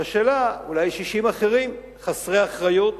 השאלה, אולי יש אישים אחרים חסרי אחריות